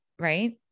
right